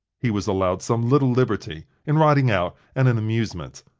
he was allowed some little liberty, in riding out and in amusements,